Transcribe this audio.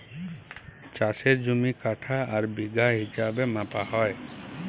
চাষের জমি কাঠা আর বিঘা হিছাবে মাপা হ্যয়